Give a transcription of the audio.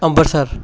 Ambarsar